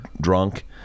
drunk